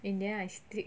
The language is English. in the end I stick